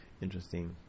interesting